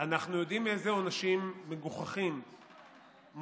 אנחנו יודעים איזה עונשים מגוחכים מוטלים